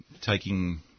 taking